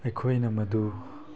ꯑꯩꯈꯣꯏꯅ ꯃꯗꯨ